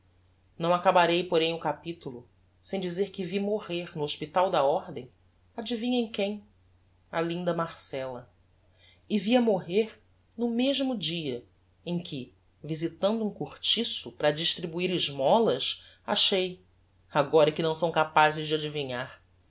não acabarei porém o capitulo sem dizer que vi morrer no hospital da ordem adivinhem quem a linda marcella e vi-a morrer no mesmo dia em que visitando um cortiço para distribuir esmolas achei agora é que não são capazes de adivinhar